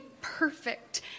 perfect